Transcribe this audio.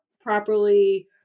properly